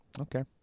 Okay